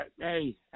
hey